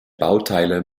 bauteile